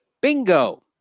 Bingo